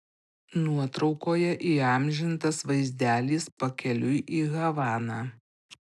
nuotraukoje įamžintas vaizdelis pakeliui į havaną